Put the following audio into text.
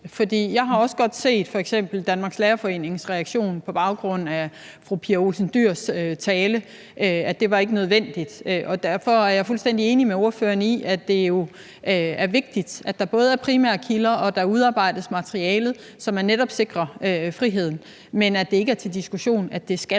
jeg har også godt set f.eks. Danmarks Lærerforenings reaktion på baggrund af fru Pia Olsen Dyhrs tale, nemlig at de ikke syntes, at det var nødvendigt, og derfor er jeg fuldstændig enig med ordføreren i, at det jo er vigtigt, at der både er primærkilder, og at der udarbejdes materiale, så man netop sikrer friheden. Men det skal ikke være til diskussion, at det skal